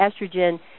estrogen